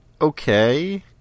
okay